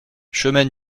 chemin